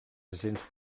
agents